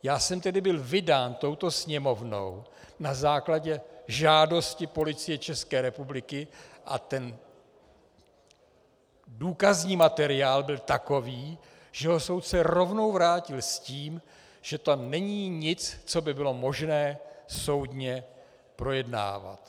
Já jsem tedy byl vydán touto Sněmovnou na základě žádosti Policie České republiky a ten důkazní materiál byl takový, že ho soudce rovnou vrátil s tím, že tam není nic, co by bylo možné soudně projednávat.